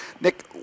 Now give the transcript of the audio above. Nick